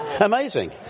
Amazing